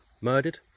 murdered